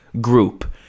group